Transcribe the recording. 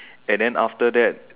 and then after that